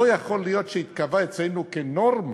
לא יכול להיות שזה יתקבע אצלנו כנורמה.